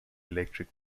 electric